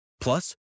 Plus